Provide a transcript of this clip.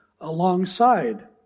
alongside